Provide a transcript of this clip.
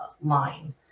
line